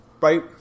Right